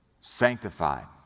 sanctified